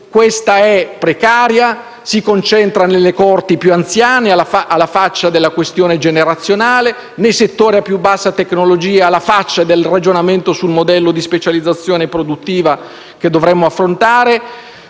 questa è precaria e si concentra nelle coorti più anziane (alla faccia della questione generazionale), e nei settori a più bassa tecnologia (alla faccia del ragionamento sul modello di specializzazione produttiva che dovremmo affrontare).